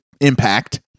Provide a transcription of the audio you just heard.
impact